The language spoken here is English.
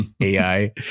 AI